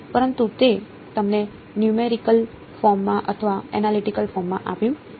પરંતુ તે તમને નયુમેરિકલ ફોર્મ માં અથવા એનાલિટીકલ ફોર્મ માં આપ્યું